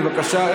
בבקשה,